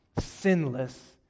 sinless